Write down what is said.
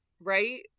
right